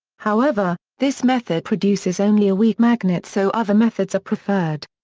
however, this method produces only a weak magnet so other methods are preferred.